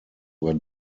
were